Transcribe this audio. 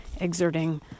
exerting